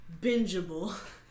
Bingeable